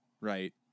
right